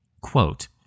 quote